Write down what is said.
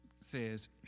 says